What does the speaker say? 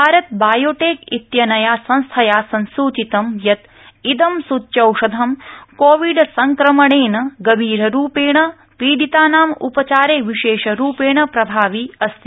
भारतबायोटेक इत्यनया संस्थया संसुचितं यत् इदं सूच्यौषधं कोविड संक्रमणेन गभीररूपेण पीडितानाम् उपचारे विशेषरूपेण प्रभावी अस्ति